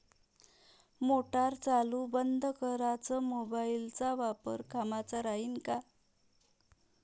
Motor चालू बंद कराच मोबाईलचा वापर कामाचा राहीन का?